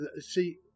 see